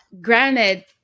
granted